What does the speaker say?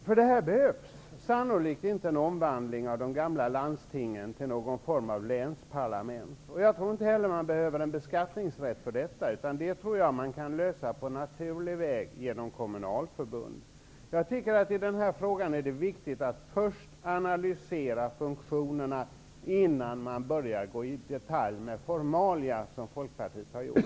För detta behövs sannolikt inte någon omvandling av de gamla landstingen till någon form av länsparlament. Jag tror inte heller att det behövs en beskattningsrätt för detta, utan man kan lösa det hela på en naturlig väg genom kommunalförbund. I den här frågan är det viktigt att först analysera funktionerna innan man börjar gå in i detalj med formalia, såsom Folkpartiet har gjort.